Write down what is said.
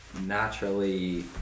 naturally